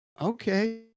okay